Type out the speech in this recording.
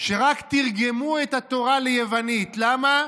שרק תירגמו את התורה ליוונית, למה?